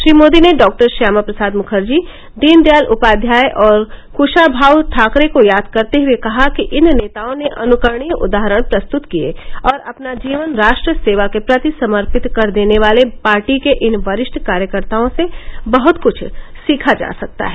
श्री मोदी ने डॉक्टर श्यामा प्रसाद मुखर्जी दीनदयाल उपाध्याय और कृशाभाऊ ठाकरे को याद करते हए कहा कि इन नेताओं ने अनुकरणीय उदाहरण प्रस्तुत किये और अपना जीवन राष्ट्र सेवा के प्रति समर्पित कर देने वाले पार्टी के इन वरिष्ठ कार्यकर्ताओं से बहत कुछ सीखा जा सकता है